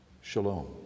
shalom